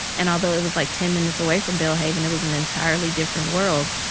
and although it was, like, ten minutes away from belhaven, it was an entirely different world.